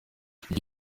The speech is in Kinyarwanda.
igihe